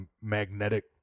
magnetic